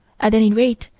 at any rate,